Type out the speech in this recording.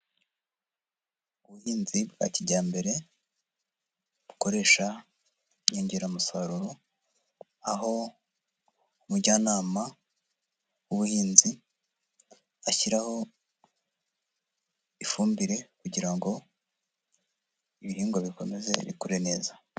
Ubuhinzi bwa kijyambere bukoresha inyongeramusaruro, aho umujyanama w'ubuhinzi ashyiraho ifumbire, kugira ngo ibihingwa bikomeze bikure neza.